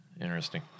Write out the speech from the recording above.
interesting